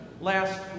last